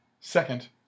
second